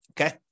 Okay